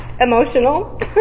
Emotional